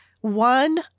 one